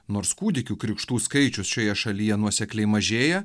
nors kūdikių krikštų skaičius šioje šalyje nuosekliai mažėja